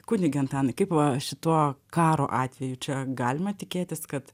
kunige antanai kaip va šituo karo atveju čia galima tikėtis kad